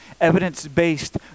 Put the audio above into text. evidence-based